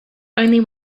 only